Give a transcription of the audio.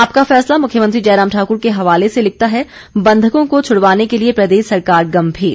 आपका फैसला मुख्यमंत्री जयराम ठाकुर के हवाले से लिखता है बंधकों को छुड़वाने के लिए प्रदेश सरकार गंभीर